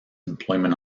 employment